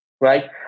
right